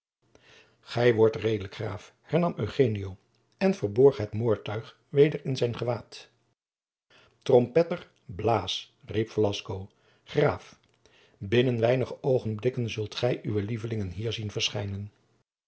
gij wordt redelijk graaf hernam eugenio en verborg het moordtuig weder in zijn gewaad trompetter blaas riep velasco graaf binnen weinige oogenblikken zult gij uwe lievelingen hier zien verschijnen